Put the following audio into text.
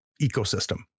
ecosystem